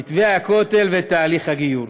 מתווה הכותל ותהליך הגיור.